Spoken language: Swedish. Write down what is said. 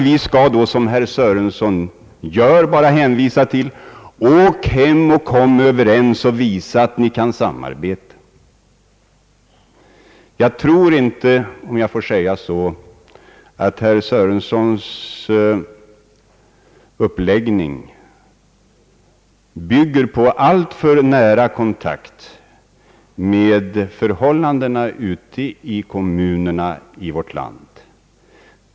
Då skall vi enligt herr Sörensons recept bara råda kommunernas representanter att åka hem och visa att de kan samarbeta. Jag tror inte — om jag får uttrycka mig så — att herr Sörensons uppfatt ning grundar sig på en alltför nära kontakt med förhållandena i vårt lands kommuner.